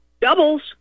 doubles